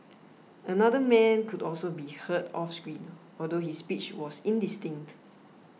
another man could also be heard off screen although his speech was indistinct